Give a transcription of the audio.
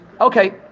Okay